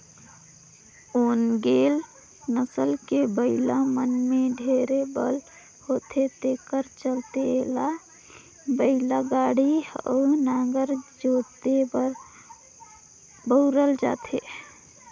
ओन्गेले नसल के बइला मन में ढेरे बल होथे तेखर चलते एला बइलागाड़ी अउ नांगर जोते बर बउरल जाथे